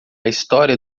história